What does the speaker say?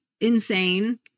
insane